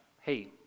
hey